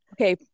Okay